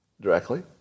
directly